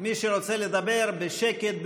מי שרוצה לדבר, בשקט,